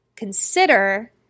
consider